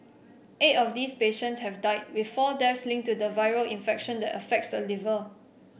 eight of these patients have died with four deaths linked to the viral infection that affects the liver